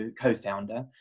co-founder